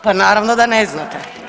Pa naravno da ne znate!